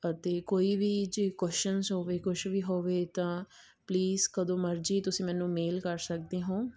ਅਤੇ ਕੋਈ ਵੀ ਜੇ ਕਓਸ਼ਨਸ ਹੋਵੇ ਕੁਛ ਵੀ ਹੋਵੇ ਤਾਂ ਪਲੀਜ਼ ਕਦੋਂ ਮਰਜ਼ੀ ਤੁਸੀਂ ਮੈਨੂੰ ਮੇਲ ਕਰ ਸਕਦੇ ਹੋ